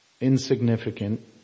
insignificant